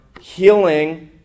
healing